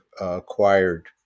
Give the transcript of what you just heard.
acquired